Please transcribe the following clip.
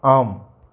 ஆம்